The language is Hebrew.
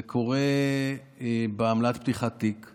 זה קורה בעמלת פתיחת תיק,